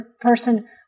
person